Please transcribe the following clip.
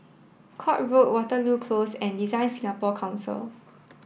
Court Road Waterloo Close and Design Singapore Council